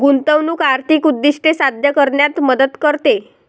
गुंतवणूक आर्थिक उद्दिष्टे साध्य करण्यात मदत करते